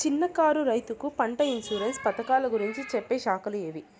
చిన్న కారు రైతుకు పంట ఇన్సూరెన్సు పథకాలు గురించి చెప్పే శాఖలు ఏవి?